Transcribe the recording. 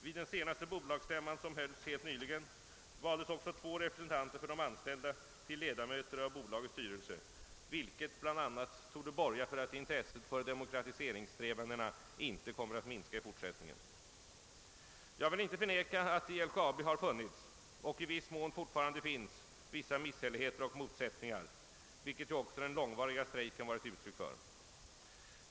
Vid den senaste bolagsstäm man som hölls helt nyligen valdes även två representanter för de anställda till ledamöter av bolagets styrelse, vilket bl.a. torde borga för att intresset för demokratiseringssträvandena inte kommer att minska i fortsättningen. Jag vill inte förneka att i LKAB har funnits och i viss mån fortfarande finns vissa misshälligheter och motsättningar vilket ju också den långvariga strejken var ett uttryck för.